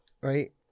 Right